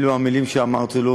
אלו המילים שאמרתי לו.